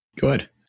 Good